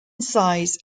size